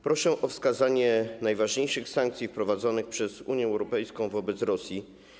Proszę o wskazanie najważniejszych sankcji wprowadzonych przez Unię Europejską wobec Rosji.